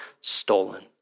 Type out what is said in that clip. stolen